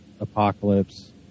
apocalypse